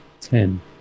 Ten